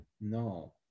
no